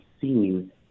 seen